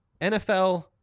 NFL